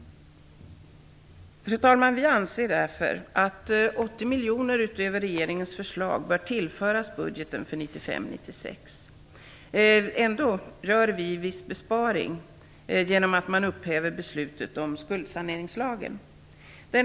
Fru talman! Vi anser därför att 80 miljoner utöver regeringens förslag bör tillföras budgeten för 1995/96. Ändå kan man göra en viss besparing, genom att upphäva beslutet om skuldsaneringslagen.